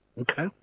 Okay